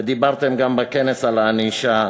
ודיברתם בכנס גם על ענישה.